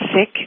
sick